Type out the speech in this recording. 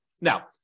Now